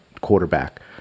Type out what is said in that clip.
quarterback